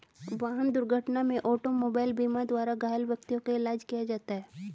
वाहन दुर्घटना में ऑटोमोबाइल बीमा द्वारा घायल व्यक्तियों का इलाज किया जाता है